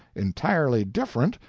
entirely different,